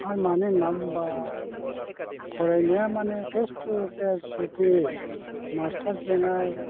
आरो मानो होनना बुंब्ला फरायनाया माने फेस टु फेस जुदि मास्टारजोंहाय